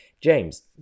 James